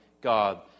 God